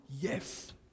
yes